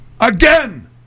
Again